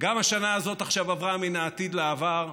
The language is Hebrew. גם השנה הזאת עכשיו עברה מן העתיד לעבר,